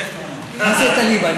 מה זה את הליבה?